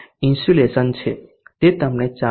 તે તમને 418